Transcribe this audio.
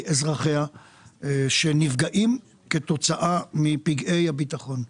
אזרחיה שנפגעים כתוצאה מפגעי הביטחון.